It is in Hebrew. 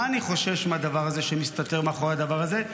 מה אני חושש שמסתתר מאחורי הדבר הזה?